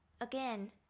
again